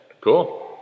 Cool